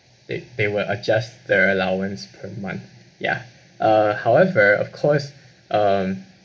they they will adjust the allowance per month ya uh however of course um